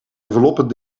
enveloppen